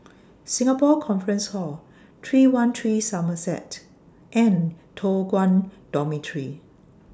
Singapore Conference Hall three one three Somerset and Toh Guan Dormitory